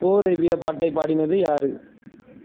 ஓ ரேபியா பாட்டை பாடினது யார்